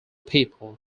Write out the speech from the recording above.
people